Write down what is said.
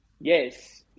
yes